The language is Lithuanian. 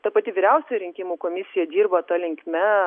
ta pati vyriausioji rinkimų komisija dirba ta linkme